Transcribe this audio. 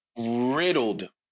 Riddled